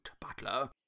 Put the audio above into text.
butler